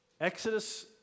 Exodus